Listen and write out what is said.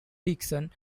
dixon